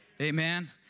Amen